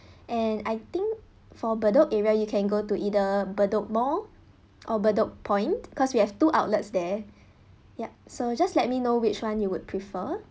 and I think for bedok area you can go to either bedok mall or bedok point cause we have two outlets there yup so just let me know which one you would prefer